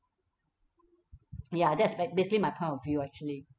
ya that's ba~ basically my point of view actually